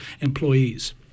employees